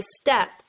step